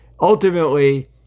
Ultimately